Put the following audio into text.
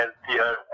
healthier